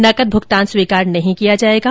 नकद भुगतान स्वीकार नहीं किया जाएगा